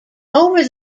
over